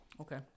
Okay